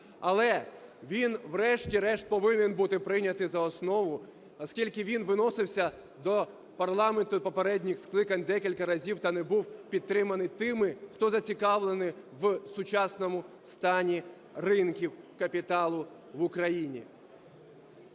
Але він врешті-решт повинен бути прийнятий за основу, оскільки він виносився до парламенту і попередніх скликань декілька разів та не був підтриманий тими, хто зацікавлений в сучасному стані ринків капіталу в Україні.